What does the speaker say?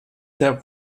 der